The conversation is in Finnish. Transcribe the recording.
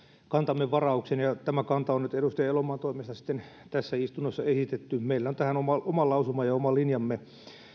kantamme varauksen ja tämä kanta on nyt edustaja elomaan toimesta tässä istunnossa esitetty meillä on tähän oma lausuma ja oma linjamme